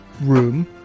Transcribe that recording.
room